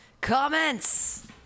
comments